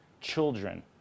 children